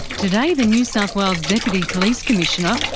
today the new south wales deputy police commissioner,